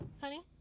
Honey